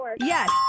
Yes